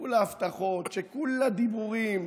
שכולה הבטחות, שכולה דיבורים,